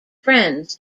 friends